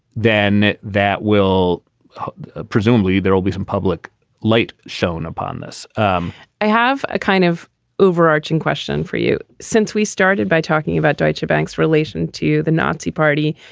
then that will presumably there will be some public light shown upon this um i have a kind of overarching question for you since we started by talking about deutsche bank's relation to the nazi party.